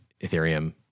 Ethereum